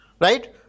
right